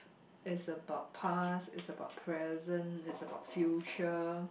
is about past is about present is about future